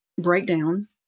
breakdown